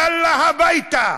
יאללה הביתה.